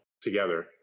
together